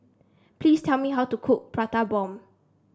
please tell me how to cook Prata Bomb